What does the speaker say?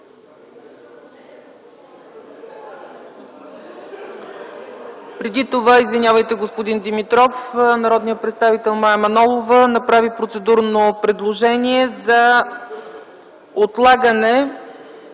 Преди това, извинявайте, господин Димитров, народният представител Мая Манолова направи процедурно предложение за отлагане